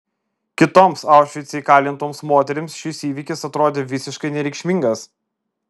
kitoms aušvice įkalintoms moterims šis įvykis atrodė visiškai nereikšmingas